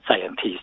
scientists